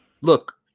look